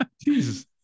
Jesus